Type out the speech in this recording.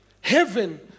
heaven